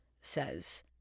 says